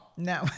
No